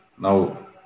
now